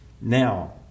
Now